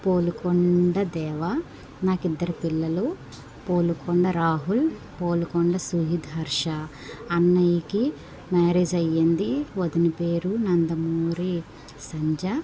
పూలకొండ దేవా నాకు ఇద్దరు పిల్లలు పూలకొండ రాహుల్ పూలకొండ సుహిత్ హర్ష అన్నయ్యకి మ్యారేజ్ అయింది వదిన పేరు నందమూరి సంధ్య